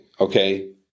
Okay